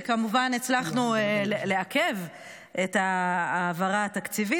וכמובן הצלחנו לעכב את ההעברה התקציבית.